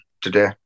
today